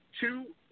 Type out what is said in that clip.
two